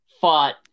fought